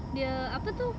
dia apa tu